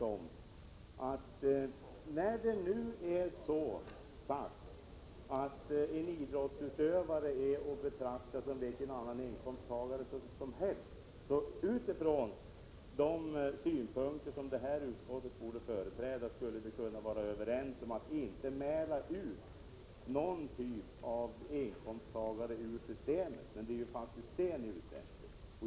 Nu är det ju sagt att en idrottsutövare är att betrakta som vilken annan inkomsttagare som helst, och utifrån de synpunkter som utskottet borde företräda skulle vi kunna vara överens om att inte någon typ av inkomsttagare skall mälas ut ur systemet. Det är faktiskt det ni är ute efter.